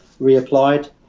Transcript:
reapplied